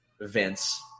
Vince